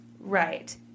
Right